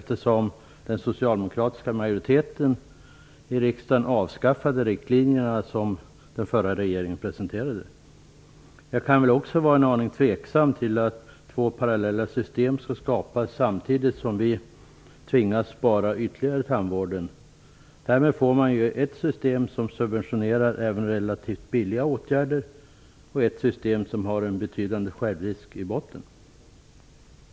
Den socialdemokratiska majoriteten i riksdagen avskaffade ju de riktlinjer som den förra regeringen presenterade. Jag är dock en aning tveksam till att två parallella system skall skapas, samtidigt som vi tvingas spara ytterligare i tandvården. Därmed får man ett system som subventionerar även relativt billiga åtgärder och ett system som har en betydande självrisk i botten.